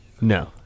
no